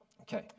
Okay